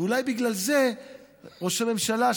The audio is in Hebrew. ואולי בגלל זה ראש הממשלה,